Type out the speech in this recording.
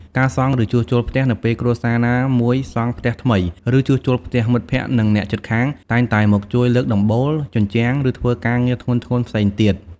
ការសង់ ឬជួសជុលផ្ទះ នៅពេលគ្រួសារណាមួយសង់ផ្ទះថ្មី ឬជួសជុលផ្ទះ មិត្តភក្តិ និងអ្នកជិតខាងតែងតែមកជួយលើកដំបូល ជញ្ជាំង ឬធ្វើការងារធ្ងន់ៗផ្សេងទៀត។